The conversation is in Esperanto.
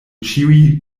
ĉiuj